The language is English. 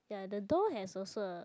ya the door has also a